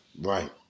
Right